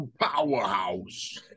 Powerhouse